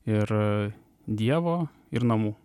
ir dievo ir namų